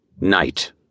NIGHT